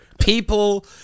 People